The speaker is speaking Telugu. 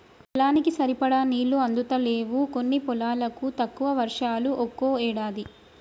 పొలానికి సరిపడా నీళ్లు అందుతలేవు కొన్ని పొలాలకు, తక్కువ వర్షాలు ఒక్కో ఏడాది